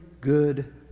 good